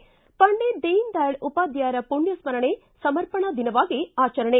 ಿ ಪಂಡಿತ್ ದೀನ ದಯಾಳ ಉಪಾಧ್ಯಾಯರ ಪುಣ್ಯ ಸ್ಮರಣೆ ಸಮರ್ಪಣಾ ದಿನವಾಗಿ ಆಚರಣೆ